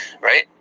right